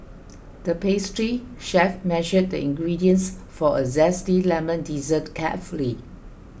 the pastry chef measured the ingredients for a Zesty Lemon Dessert carefully